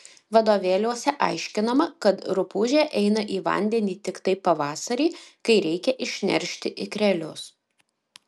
vadovėliuose aiškinama kad rupūžė eina į vandenį tiktai pavasarį kai reikia išneršti ikrelius